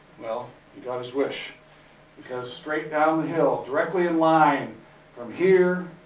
well he got his wish because straight down the hill directly in line from here,